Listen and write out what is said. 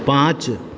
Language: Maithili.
पाँच